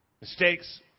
mistakes